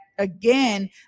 again